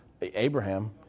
Abraham